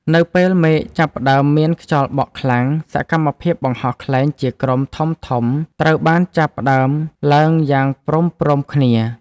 នៅពេលមេឃចាប់ផ្ដើមមានខ្យល់បក់ខ្លាំង សកម្មភាពបង្ហោះខ្លែងជាក្រុមធំៗត្រូវបានចាប់ផ្ដើមឡើងយ៉ាងព្រមៗគ្នា។